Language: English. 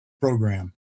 program